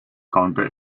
counter